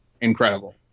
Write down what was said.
incredible